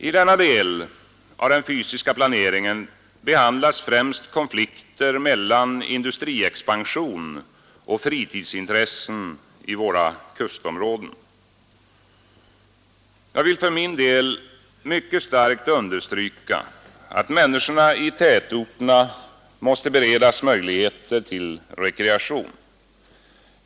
I denna del av den fysiska planeringen behandlas främst konflikter mellan industriexpansion och fritidsintressen i våra kustområden. Jag vill för min del mycket starkt understryka att människorna i tätorterna måste beredas möjligheter till rekreation.